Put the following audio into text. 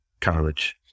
college